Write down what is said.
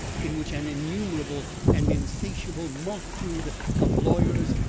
in which an innumerable and insatiable multitude of lawyers,